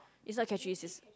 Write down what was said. it's not Catrice ya